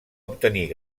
obtenir